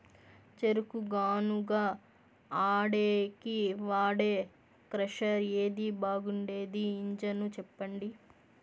చెరుకు గానుగ ఆడేకి వాడే క్రషర్ ఏది బాగుండేది ఇంజను చెప్పండి?